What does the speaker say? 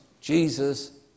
Jesus